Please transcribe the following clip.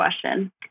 question